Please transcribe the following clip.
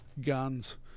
guns